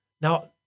Now